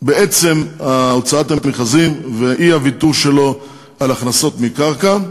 בעצם הוצאת המכרזים והאי-ויתור שלו על הכנסות מקרקע.